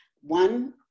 One